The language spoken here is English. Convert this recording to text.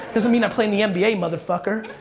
doesn't mean i play in the nba, motherfucker.